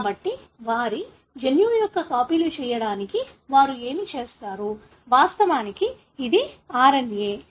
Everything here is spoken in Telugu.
కాబట్టి వారి జన్యువు యొక్క కాపీలు చేయడానికి వారు ఏమి చేస్తారు వాస్తవానికి ఇది RNA